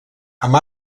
amb